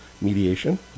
mediation